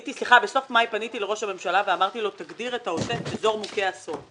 בסוף מאי פניתי לראש הממשלה ואמרתי לו שיגדיר את העוטף כאזור מוכה אסון.